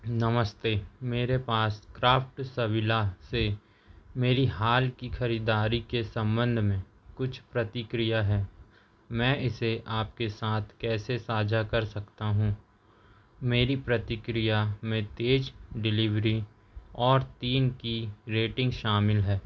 नमस्त मेरे पास क्राफ्ट्सविला से मेरी हाल की ख़रीदारी के संबंध में कुछ प्रतिक्रिया है मैं इसे आपके साथ कैसे साझा कर सकता हूँ मेरी प्रतिक्रिया में तेज़ डिलीवरी और तीन की रेटिंग शामिल है